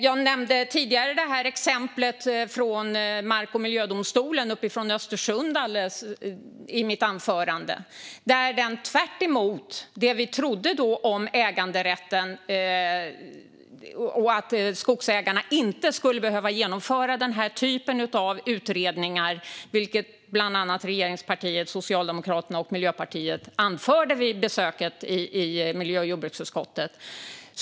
Jag nämnde tidigare i mitt anförande exemplet från mark och miljödomstolen i Östersund. När det gäller äganderätten trodde vi då att skogsägarna inte skulle behöva genomföra denna typ av utredningar, vilket bland annat regeringspartiet Socialdemokraterna och Miljöpartiet anförde vid besöket i miljö och jordbruksutskottet.